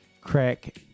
crack